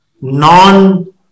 non